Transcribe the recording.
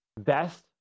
best